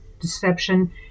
deception